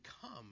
come